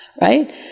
right